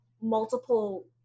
multiple